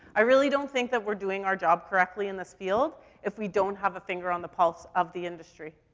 i really don't think that we're doing our job correctly in this field if we don't have a finger on the pulse of the industry.